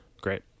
Great